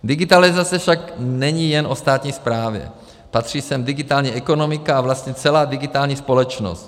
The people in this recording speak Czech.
Digitalizace však není jen o státní správě, patří sem digitální ekonomika a vlastně celá digitální společnost.